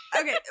Okay